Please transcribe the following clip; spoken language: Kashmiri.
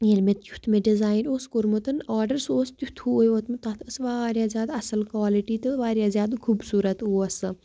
ییٚلہِ مےٚ یُتھ مےٚ ڈِزایِن اوس کوٚرمُت آڈَر سُہ اوس تِتھُے ووتمُت تَتھ ٲس واریاہ زیادٕ اَصٕل کالٹی تہٕ واریاہ زیادٕ خوٗبصوٗرت اوس سُہ